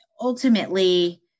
ultimately